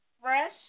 fresh